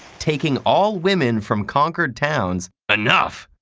taking all women from conquered towns enough!